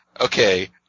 okay